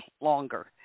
longer